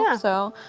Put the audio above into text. yeah so.